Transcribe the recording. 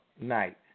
night